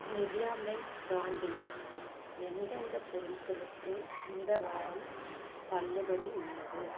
Nivea men பிராண்டில் எந்தெந்தப் பொருட்களுக்கு இந்த வாரம் தள்ளுபடி உள்ளது